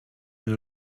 nach